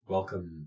Welcome